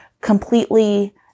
completely